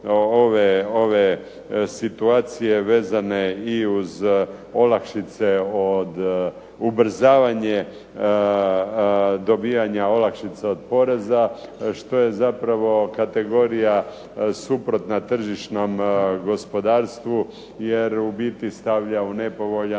ove situacije vezane i uz olakšice od ubrzavanje dobivanja olakšica od poreza što je zapravo kategorija suprotna tržišnom gospodarstvu jer u biti stavlja u nepovoljan